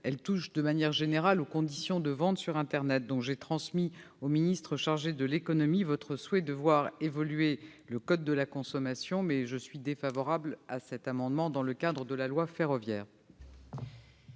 Elle touche aux conditions de vente sur internet de manière générale. J'ai transmis au ministre chargé de l'économie votre souhait de voir évoluer le code de la consommation, mais je suis défavorable à votre amendement dans le cadre de la loi ferroviaire.